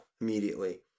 immediately